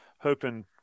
Hoping